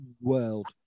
world